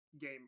game